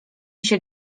się